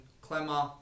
Clemmer